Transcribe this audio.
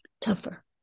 Tougher